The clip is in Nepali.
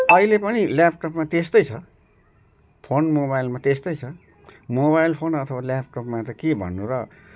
अहिले पनि ल्यापटपमा त्यस्तै छ फोन मोबाइलमा त्यस्तै छ मोबाइल फोन अथवा ल्यापटपमा त के भन्नु र